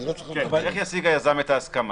איך ישיג היזם את ההסכמה?